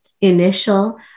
initial